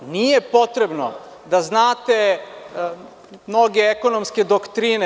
Nije potrebno da znate mnoge ekonomske doktrine.